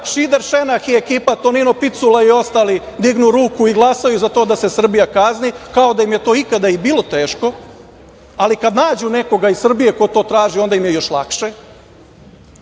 Šider, Šenak i ekipa Tonino Picula i ostali dignu ruku i glasaju za to da se Srbija kazni, kao da im je to ikada i bilo teško, ali kada nađu nekoga iz Srbije ko to traži onda im je još lakše.